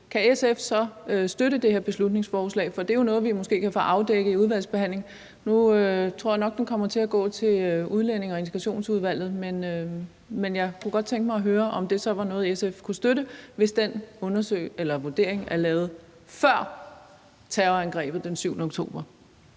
men at det var før den 7. oktober. For det er jo måske noget, vi kan få afdækket i udvalgsbehandlingen. Nu tror jeg nok, at den kommer til at foregå i Udlændinge- og Integrationsudvalget, men jeg kunne godt tænke mig at høre, om det var noget, SF kunne støtte, hvis den vurdering er lavet før terrorangrebet den 7. oktober.